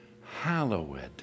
hallowed